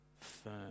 firm